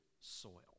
soil